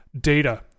Data